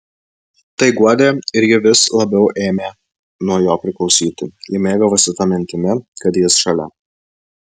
tai guodė ir ji vis labiau ėmė nuo jo priklausyti ji mėgavosi ta mintimi kad jis šalia